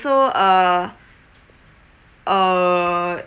so uh uh